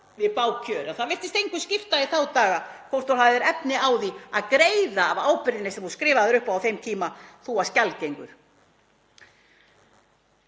við bág kjör, að það virtist engu skipta í þá daga hvort þú hafðir efni á því að greiða af ábyrgðinni sem þú skrifaðir upp á á þeim tíma, þú varst gjaldgengur.